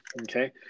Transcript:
okay